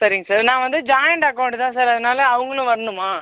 சரிங்க சார் நான் வந்து ஜாயிண்ட் அக்கௌண்ட் தான் சார் அதனால் அவங்களும் வரணுமா